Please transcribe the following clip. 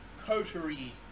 coterie